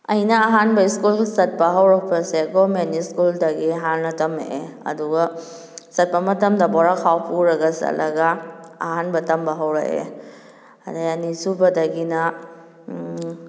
ꯑꯩꯅꯥ ꯑꯍꯥꯟꯕ ꯏꯁꯀꯨꯜ ꯆꯠꯄ ꯍꯧꯔꯛꯄꯁꯦ ꯒꯣꯔꯃꯦꯟ ꯏꯁꯀꯨꯜꯗꯒꯤ ꯍꯥꯟꯅ ꯇꯝꯃꯀꯑꯦ ꯑꯗꯨꯒ ꯆꯠꯄ ꯃꯇꯝꯗ ꯕꯣꯔꯥ ꯈꯥꯎ ꯄꯨꯔꯒ ꯆꯠꯂꯒ ꯑꯍꯥꯟꯕ ꯇꯝꯕ ꯍꯧꯔꯛꯑꯦ ꯑꯗꯨꯗꯩ ꯑꯅꯤꯁꯨꯕꯗꯒꯤꯅ